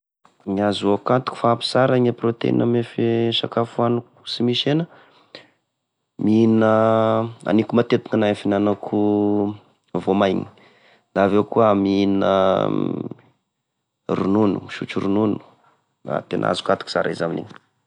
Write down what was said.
Ny azoako antoky fa ampy sara gne proteina ame fe- sakafo oaniko sy misy hena, mihina, aniko matetiky e fihinanako voamaigny da avy eo koa aho, mihina ronono, misotro ronono, tegna azoko antoka sara izy amin'igny.